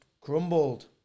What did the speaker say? crumbled